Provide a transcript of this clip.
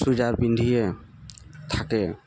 চুৰিদাৰ পিন্ধিয়ে থাকে